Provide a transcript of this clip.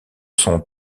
sont